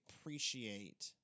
appreciate